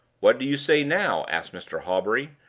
what do you say now? asked mr. hawbury,